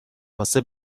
واسه